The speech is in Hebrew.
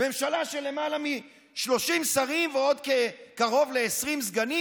ממשלה של למעלה מ-30 שרים ועוד קרוב ל-20 סגנים,